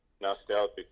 nostalgic